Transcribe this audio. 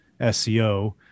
SEO